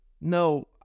No